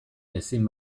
ezin